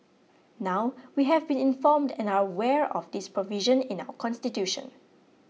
now we have been informed and are aware of this provision in our constitution